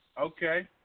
Okay